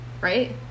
right